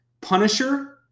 Punisher